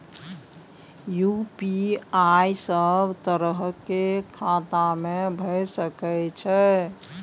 UPI सब तरह के खाता में भय सके छै?